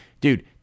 Dude